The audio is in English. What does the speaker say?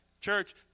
Church